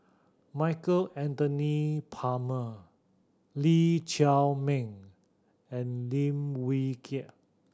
Michael Anthony Palmer Lee Chiaw Meng and Lim Wee Kiak